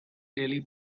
daily